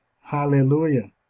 hallelujah